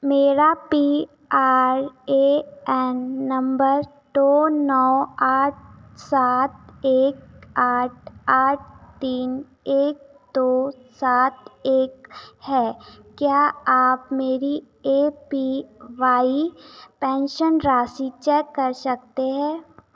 मेरा P R A N number दो नौ आठ सात एक आठ आठ तीन एक दो सात एक है क्या आप मेरी ए पी वाई पेंशन राशि चेक कर सकते हैं